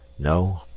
no,